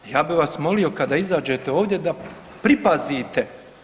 Ja bi vas molio kada izađete ovdje da pripazite.